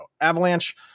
Avalanche